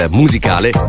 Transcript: musicale